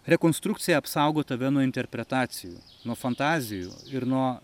rekonstrukcija apsaugo tave nuo interpretacijų nuo fantazijų ir nuo